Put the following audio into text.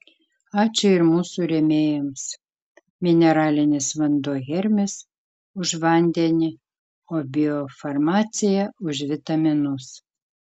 ačiū ir mūsų rėmėjams mineralinis vanduo hermis už vandenį o biofarmacija už vitaminus